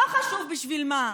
לא חשוב בשביל מה,